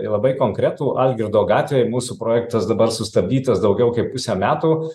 labai konkretų algirdo gatvėj mūsų projektas dabar sustabdytas daugiau kaip pusę metų